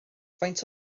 faint